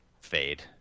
fade